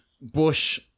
Bush